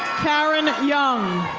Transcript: karen young.